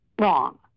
wrong